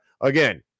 Again